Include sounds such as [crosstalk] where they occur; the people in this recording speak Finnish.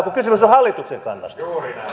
[unintelligible] kun kysymys on hallituksen kannasta